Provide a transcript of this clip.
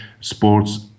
sports